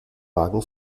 wagen